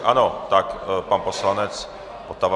Ano, tak pan poslanec Votava.